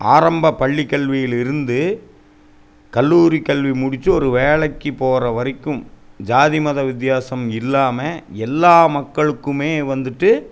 ஆரம்ப பள்ளி கல்வியிலிருந்து கல்லூரி கல்வி முடித்து ஒரு வேலைக்கு போகிறவரைக்கும் ஜாதி மதம் வித்தியாசம் இல்லாமல் எல்லா மக்களுக்குமே வந்துட்டு